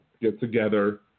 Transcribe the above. get-together